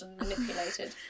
manipulated